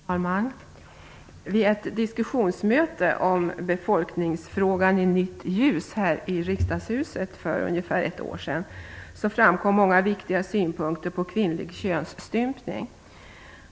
Herr talman! Vid ett diskussionsmöte med rubriken Befolkningsfrågan i nytt ljus här i riksdagshuset för ungefär ett år sedan framkom många viktiga synpunkter på kvinnlig könsstympning.